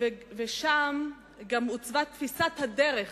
ושם גם עוצבה תפיסת הדרך